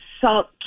salt